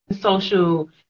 social